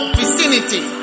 vicinity